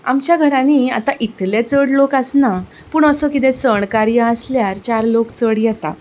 आमच्या घरांनी आतां इतले चड लोक आसना पूण असो कितें सण कार्य आसल्यार चार लोक चड येता